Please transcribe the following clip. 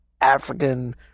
African